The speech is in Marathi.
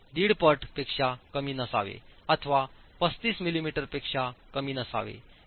5 पट पेक्षा कमी नसावे अथवा 35 मिमीपेक्षा कमी नसावे